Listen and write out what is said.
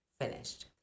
finished